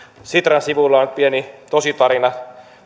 sitran sivuilla on pieni tositarina